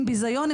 עם ביזיון,